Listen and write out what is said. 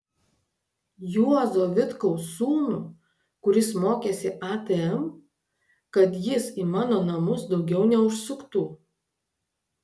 juozo vitkaus sūnų kuris mokėsi atm kad jis į mano namus daugiau neužsuktų